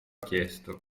chiesto